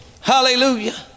Hallelujah